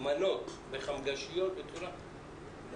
מנות בחמגשיות לתלמידים נזקקים.